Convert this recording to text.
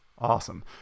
Awesome